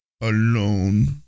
alone